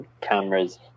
cameras